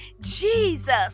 Jesus